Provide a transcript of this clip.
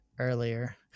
Earlier